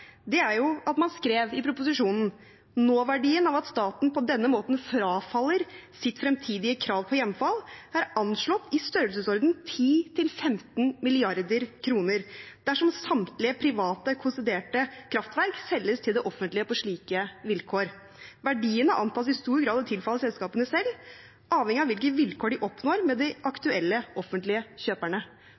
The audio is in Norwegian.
er, som man skrev i proposisjonen: «Nåverdien av at staten på denne måten frafaller sitt fremtidige krav på hjemfall er anslått i størrelsesorden 10–15 milliarder kroner, dersom samtlige private konsederte kraftverk selges til det offentlige på slike vilkår. Verdiene antas i stor grad å tilfalle selskapene selv, avhengig av hvilke vilkår de oppnår med de aktuelle